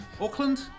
Auckland